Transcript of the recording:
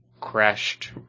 crashed